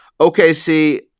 OKC